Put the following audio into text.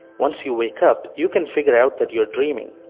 once you wake up, you can figure out that you are dreaming,